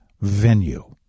venue